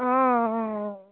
অঁ অঁ